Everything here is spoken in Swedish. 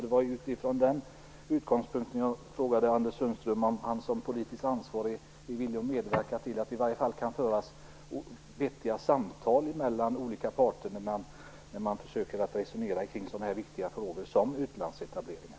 Det var utifrån den utgångspunkten som jag frågade Anders Sundström om han som politiskt ansvarig är villig att medverka till att det i alla fall kan föras vettiga samtal mellan olika parter när man resonerar om så viktiga frågor som utlandsetableringar.